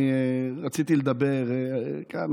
אני רציתי לדבר כאן,